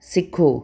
ਸਿੱਖੋ